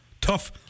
Tough